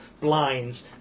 blinds